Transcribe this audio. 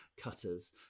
cutters